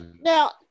Now